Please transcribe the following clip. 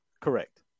Correct